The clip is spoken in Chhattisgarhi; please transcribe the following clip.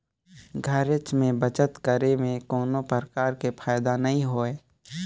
घरेच में बचत करे में कोनो परकार के फायदा नइ होय